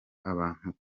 abantu